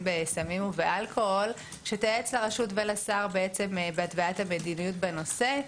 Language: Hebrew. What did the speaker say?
בסמים ובאלכוהול שתייעץ לרשות ולשר בהתוויית המדיניות בנושא.